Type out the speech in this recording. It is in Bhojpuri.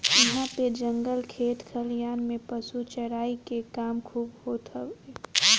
इहां पे जंगल खेत खलिहान में पशु चराई के काम खूब होत हवे